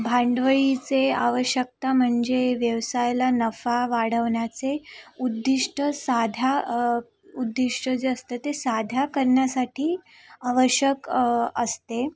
भांडवलाचे आवश्यकता म्हणजे व्यवसायाला नफा वाढवण्याचे उद्दिष्ट साध्य उद्दिष्ट जे असते ते साध्य करण्यासाठी आवश्यक असते